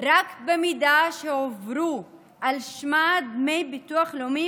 רק אם הועברו על שמה דמי ביטוח לאומי